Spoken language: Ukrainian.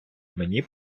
мені